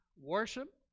worship